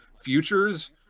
futures